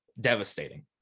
devastating